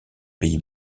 pays